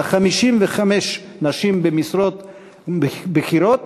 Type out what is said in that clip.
אלא 55 נשים במשרות בכירות,